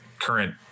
current